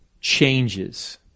changes